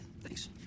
thanks